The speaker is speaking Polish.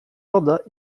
woda